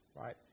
right